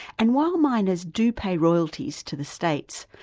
and while miners do pay royalties to the states,